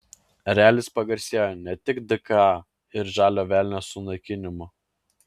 erelis pagarsėjo ne tik dka ir žalio velnio sunaikinimu